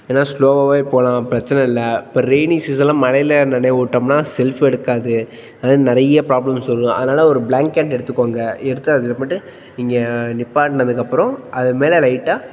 வேணால் ஸ்லோவாகவே போகலாம் பிரச்சின இல்லை இப்போ ரெயினி சீசனில் மழைல நனைய விட்டோம்னா செல்ஃபு எடுக்காது அது நிறைய ப்ராப்ளம்ஸ் வரும் அதனால் ஒரு ப்ளாங்கெட் எடுத்துக்கோங்க எடுத்து அது அப்புறமேட்டு இங்கே நிற்பாட்னதுக்கு அப்புறம் அது மேலே லைட்டாக